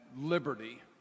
liberty